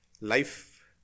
life